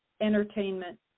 entertainment